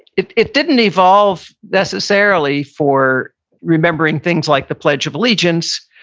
it it didn't evolve necessarily for remembering things like the pledge of allegiance,